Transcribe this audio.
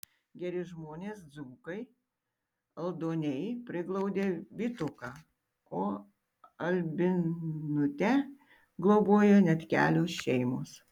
geri žmonės dzūkai aldoniai priglaudė vytuką o albinutę globojo net kelios šeimos